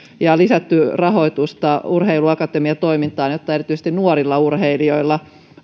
ja lisätty rahoitusta urheiluakatemiatoimintaan jotta erityisesti nuorilla urheilijoilla